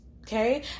okay